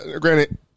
granted